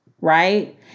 right